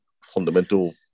fundamental